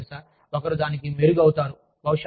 కాబట్టి మీకు తెలుసా ఒకరు దానికి మెరుగు అవుతారు